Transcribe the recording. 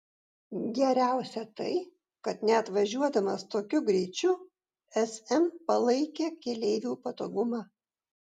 geriausia tai kad net važiuodamas tokiu greičiu sm palaikė keleivių patogumą